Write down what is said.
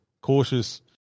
cautious